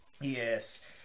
yes